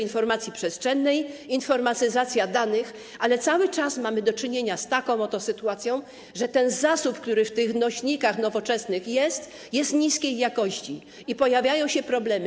informacji przestrzennej, była informatyzacja danych, ale cały czas mamy do czynienia z taką oto sytuacją, że ten zasób, który w tych nośnikach nowoczesnych jest, ma niską jakość i pojawiają się problemy.